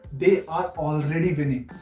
they are already winning.